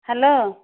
hello